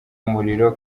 muriro